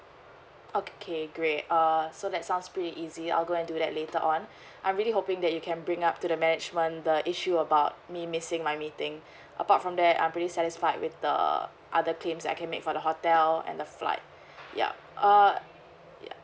okay great err so that sounds pretty easy I'll go and do that later on I'm really hoping that you can bring up to the management the issue about me missing my meeting apart from that I'm pretty satisfied with the other claims that I can make for the hotel and the flight yup err ya